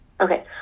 okay